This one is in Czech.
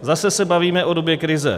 Zase se bavíme o době krize.